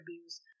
abuse